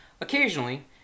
Occasionally